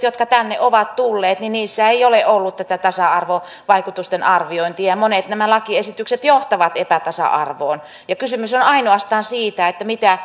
jotka tänne ovat tulleet ei ole ollut tätä tasa arvovaikutusten arviointia ja monet näistä lakiesityksistä johtavat epätasa arvoon kysymys on ainoastaan siitä